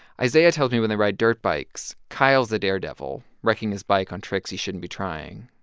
isaiah tells me, when they ride dirt bikes, kyle's the daredevil, wrecking his bike on tricks he shouldn't be trying.